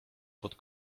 pod